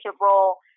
role